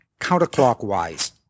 counterclockwise